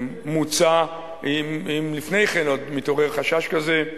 אם לפני כן מתעורר חשש כזה,